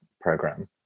program